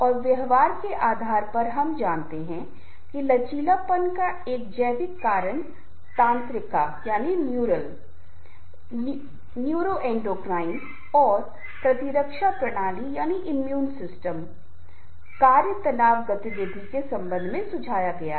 और व्यवहार के आधार पर हम जानते हैं कि लचीलापन का एक जैविक कारक तंत्रिका न्यूरोएंडोक्राइन और प्रतिरक्षा प्रणाली कार्य तनाव गतिविधि के संबंध में सुझाया गया है